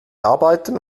arbeiten